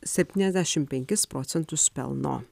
septyniasdešimt penkis procentus pelno